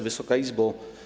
Wysoka Izbo!